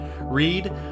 read